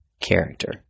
character